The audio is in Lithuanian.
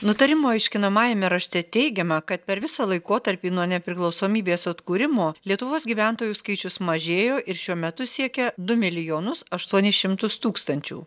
nutarimo aiškinamajame rašte teigiama kad per visą laikotarpį nuo nepriklausomybės atkūrimo lietuvos gyventojų skaičius mažėjo ir šiuo metu siekia du milijonus aštuonis šimtus tūkstančių